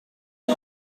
you